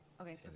Okay